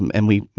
um and we, you